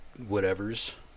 whatevers